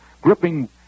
gripping